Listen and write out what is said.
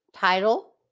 title,